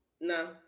No